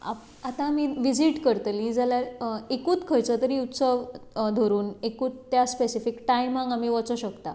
आतां आमी विजीट करतली जाल्यार एकूच खंयचो तरी उत्सव धरुन एकुच त्या स्पेसिफीक टायमाक आमी वचूं शकता